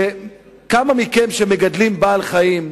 אלה מכם שמגדלים בעל-חיים,